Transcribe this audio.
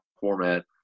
format